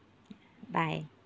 bye